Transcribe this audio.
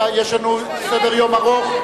יש לנו סדר-יום ארוך.